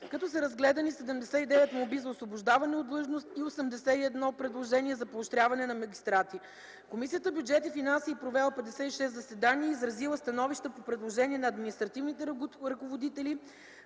като са разгледани 79 молби за освобождаване от длъжност и 81 предложения за поощряване на магистрати. Комисията „Бюджет и финанси” е провела 56 заседания и изразила становища по предложения на административните ръководители